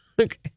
Okay